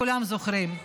כולם זוכרים,